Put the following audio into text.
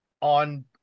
on